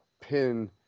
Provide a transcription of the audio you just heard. pin